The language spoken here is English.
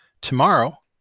tomorrow